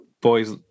boys